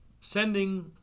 sending